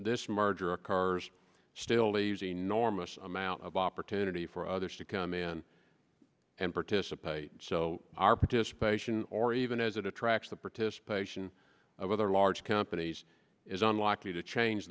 this merger occurs still leaves enormous amount of opportunity for others to come in and participate so our participation or even as it attracts the participation of other large companies is unlikely to change